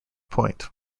point